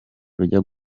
rujya